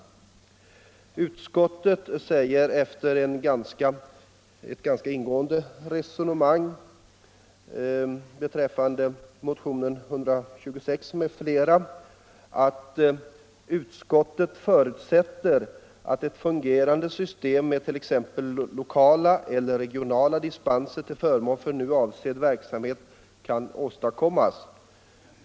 Utskottet säger efter ett ganska ingående resonemang beträffande motionen 126 m.fl. att utskottet ”förutsätter att ett fungerande system med t.ex. lokala eller regionala dispenser till förmån för nu avsedd verksamhet kan åstadkommas.